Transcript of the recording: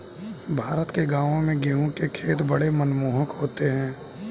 भारत के गांवों में गेहूं के खेत बड़े मनमोहक होते हैं